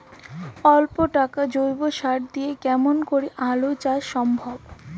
অল্প টাকার জৈব সার দিয়া কেমন করি আলু চাষ সম্ভব?